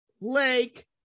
Lake